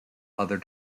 other